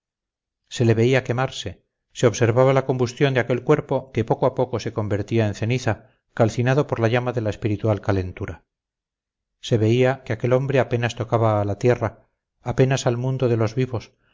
se le veía quemarse se observaba la combustión de aquel cuerpo que poco a poco se convertía en ceniza calcinado por la llama de la espiritual calentura se veía que aquel hombre apenas tocaba a la tierra apenas al mundo de los vivos